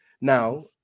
Now